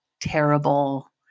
terrible